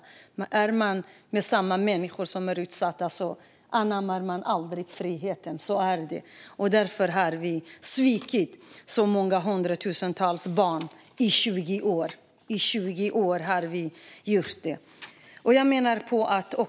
Men är man med samma människor som är utsatta anammar man aldrig friheten, så är det, och därför har vi svikit hundratusentals barn under 20 år.